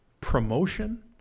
Promotion